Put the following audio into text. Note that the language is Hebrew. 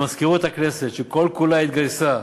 למזכירות הכנסת, שכל-כולה התגייסה,